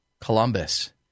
Columbus